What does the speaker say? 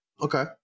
Okay